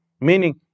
meaning